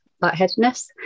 lightheadedness